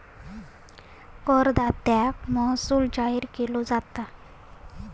करदात्याक महसूल जाहीर केलो जाता